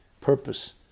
purpose